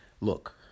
look